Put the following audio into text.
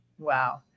Wow